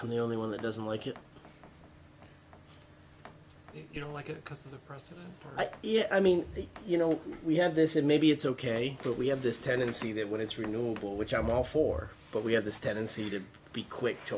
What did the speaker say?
i'm the only one that doesn't like it you know like it because of the person i mean you know we have this is maybe it's ok but we have this tendency that when it's renewable which i'm all for but we have this tendency to be quick to